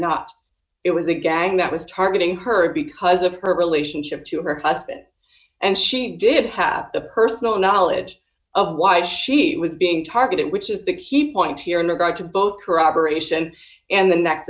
not it was a gang that was targeting her because of her relationship to her husband and she did have the personal knowledge of why she was being targeted which is the key point here in regard to both corroboration and the nex